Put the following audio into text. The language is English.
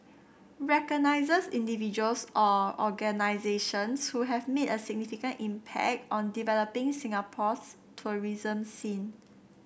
recognises individuals or organisations who have made a significant impact on developing Singapore's tourism scene